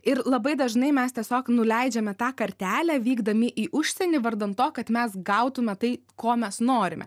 ir labai dažnai mes tiesiog nuleidžiame tą kartelę vykdami į užsienį vardan to kad mes gautume tai ko mes norime